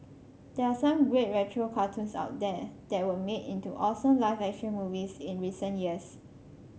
there are some great retro cartoons out there that were made into awesome live action movies in recent years